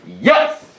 Yes